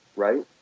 right?